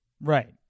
Right